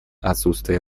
отсутствие